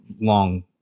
long